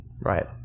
Right